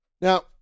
Now